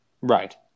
Right